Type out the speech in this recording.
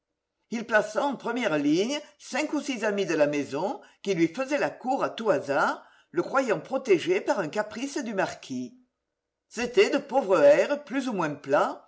il plaça en première ligne cinq ou six amis de la maison qui lui faisaient la cour à tout hasard le croyant protégé par un caprice du marquis c'étaient de pauvres hères plus ou moins plats